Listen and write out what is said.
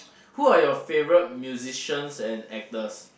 who are your favourite musicians and actors